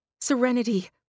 Serenity